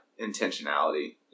Intentionality